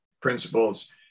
principles